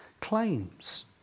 claims